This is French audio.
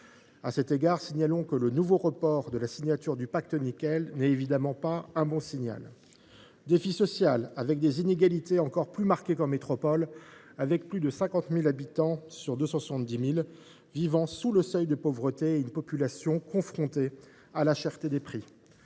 À cet égard, signalons que le nouveau report de la signature du pacte sur le nickel n’est évidemment pas un bon signal. Défi social, ensuite, avec des inégalités encore plus marquées qu’en métropole. Ainsi, plus de 50 000 habitants sur 270 000 vivent sous le seuil de pauvreté et la population est confrontée à la cherté des prix.